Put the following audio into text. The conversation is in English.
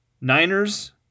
Niners